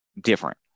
different